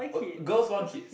uh girls want kids